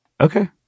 Okay